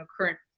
current